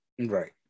Right